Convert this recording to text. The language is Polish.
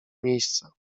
miejsca